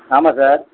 ஆமாம் சார்